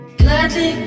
gladly